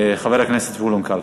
חבר הכנסת זבולון קלפה.